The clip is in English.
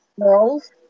girls